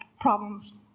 problems